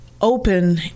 open